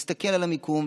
להסתכל על המקום,